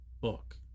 book